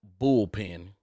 Bullpen